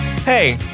Hey